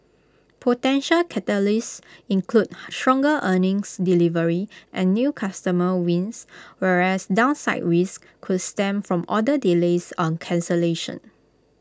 potential catalysts include stronger earnings delivery and new customer wins whereas downside risks could stem from order delays or cancellations